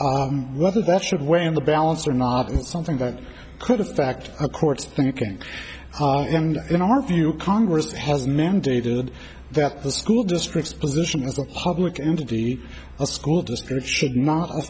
whether that should weigh in the balance or not is something that could affect a court's thinking and in our view congress has mandated that the school districts position as a public entity a school district should not